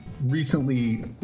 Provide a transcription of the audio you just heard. recently